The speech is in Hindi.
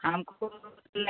हमको लें